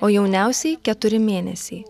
o jauniausiai keturi mėnesiai